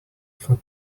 for